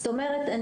זאת אומרת,